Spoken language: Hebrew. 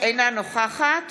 אינה נוכחת